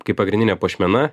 kaip pagrindinė puošmena